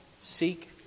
Seek